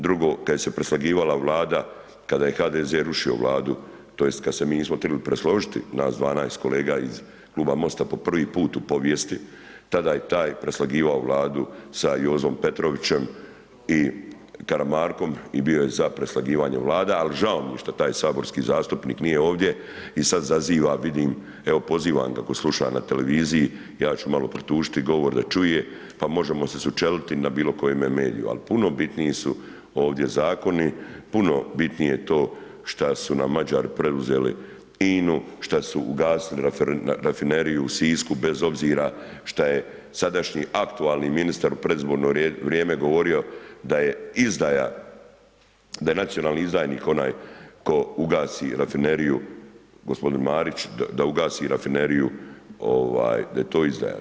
Drugo kad se preslagivala Vlada, kada je HDZ rušio Vladu tj. kad se mi nismo htjeli presložiti, nas 12 kolega iz kluba MOST-a po prvi put u povijesti, tada je taj preslagivao Vladu sa Jozom Petrovićem i Karamarkom i bio je za preslagivanje Vlada ali žao mi je što taj saborski zastupnik nije ovdje i sad zaziva vidim, evo pozivam ga ako sluša na televiziji, ja ću malo produžiti govor da čuje pa možemo se sučeliti na bilokojemu mediju ali puno bitniji su ovdje zakoni, puno bitnije je to šta su nam Mađari preuzeli INA-u, šta su ugasili rafineriju u Sisku bez obzira šta je sadašnji aktualni ministar u predizborno vrijeme govorio da je izdaja, da je nacionalni izdajnik tko ugasi rafineriju, g. Marić, da ugasi rafineriju, da je to izdaja.